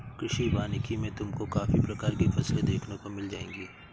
कृषि वानिकी में तुमको काफी प्रकार की फसलें देखने को मिल जाएंगी